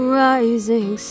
rising